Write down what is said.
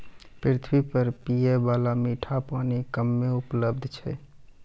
पृथ्वी पर पियै बाला मीठा पानी कम्मे उपलब्ध छै